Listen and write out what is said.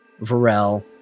Varel